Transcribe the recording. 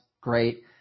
great